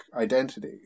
identity